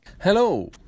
Hello